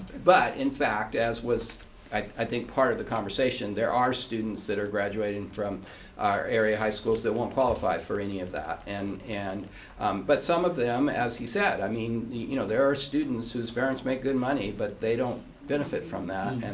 but in fact as was i think part of the conversation, there are students that are graduating from our area high schools that won't qualify for any of that. and and but some of them, as he said, i mean you know there are students whose parents make good money but they don't benefit from that. and